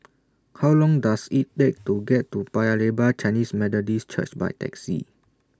How Long Does IT Take to get to Paya Lebar Chinese Methodist Church By Taxi